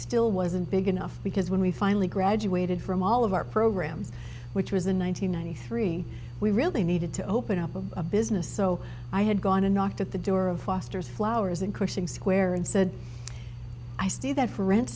still wasn't big enough because when we finally graduated from all of our programs which was in one nine hundred ninety three we really needed to open up a business so i had gone and knocked at the door of foster's flowers and pushing square and said i see that for rent